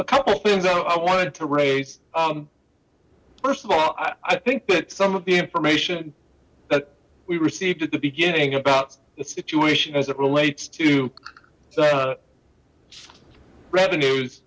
a couple things i wanted to raise first of all i think that some of the information that we received at the beginning about the situation as it relates to revenues